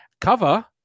cover